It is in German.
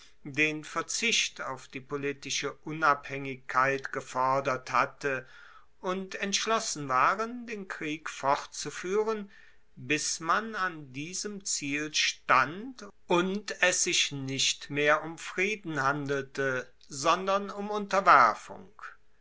den verzicht auf die politische unabhaengigkeit gefordert hatte und entschlossen waren den krieg fortzufuehren bis man an diesem ziel stand und es sich nicht mehr um frieden handelte sondern um unterwerfung